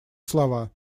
слова